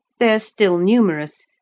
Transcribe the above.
they are still numerous,